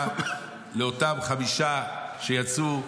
של אותם חמישה שיצאו,